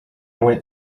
went